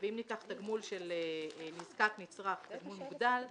אם ניקח תגמול של נזקק נצרך, תגמול מוגדל,